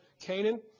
Canaan